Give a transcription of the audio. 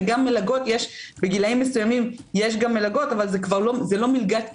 וגם מלגות בגילאים מסוימים יש מלגות אבל זה לא מלגת קיום.